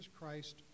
Christ